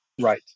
Right